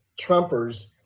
Trumpers